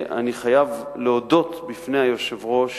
אני חייב להודות בפני היושב-ראש,